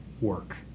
work